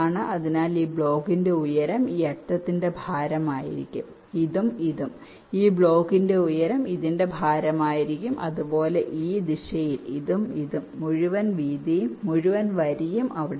അതിനാൽ ഈ ബ്ലോക്കിന്റെ ഉയരം ഈ അറ്റത്തിന്റെ ഭാരമായിരിക്കും ഇതും ഇതും ഈ ബ്ലോക്കിന്റെ ഉയരം ഇതിന്റെ ഭാരം ആയിരിക്കും അതുപോലെ ഈ ദിശയിൽ ഇതും ഇതും മുഴുവൻ വരിയും അവിടെയുണ്ട്